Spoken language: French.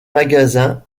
magasins